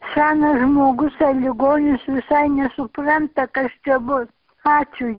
senas žmogus ar ligonis visai nesupranta kas čia bus ačiū